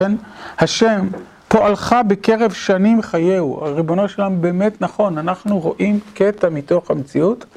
השם פועלך בקרב שנים חייהו, הריבונו שלם באמת נכון, אנחנו רואים קטע מתוך המציאות.